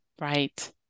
right